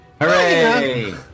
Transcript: Hooray